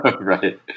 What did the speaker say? Right